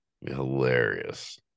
Hilarious